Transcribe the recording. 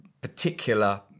particular